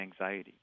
anxiety